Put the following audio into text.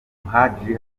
muhadjili